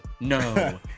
no